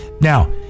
Now